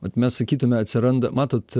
vat mes sakytume atsiranda matot